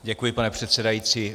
Děkuji, pane předsedající.